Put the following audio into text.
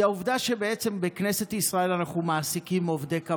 והיא העובדה שבעצם בכנסת ישראל אנו מעסיקים עובדי קבלן.